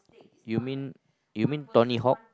you mean you mean Tony-Hawk